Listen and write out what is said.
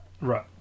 Right